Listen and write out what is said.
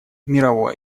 мировой